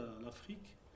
l'Afrique